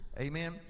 Amen